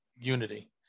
unity